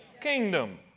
kingdom